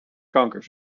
kanker